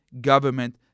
government